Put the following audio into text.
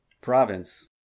Province